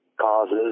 causes